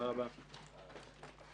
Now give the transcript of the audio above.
הישיבה ננעלה בשעה 10:33.